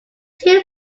two